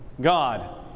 God